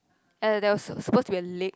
and there was was supposed to be a lake